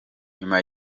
nyuma